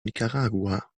nicaragua